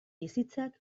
bizitzak